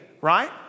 right